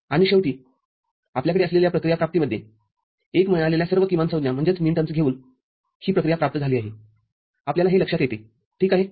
आणि शेवटी आपल्याकडे असलेल्या प्रक्रिया प्राप्तीमध्ये १ मिळालेल्या सर्व किमानसंज्ञाघेऊन ही प्रक्रिया प्राप्त झाली आहे आपल्याला हे लक्षात येते ठीक आहे